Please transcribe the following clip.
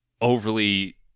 overly